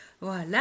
voilà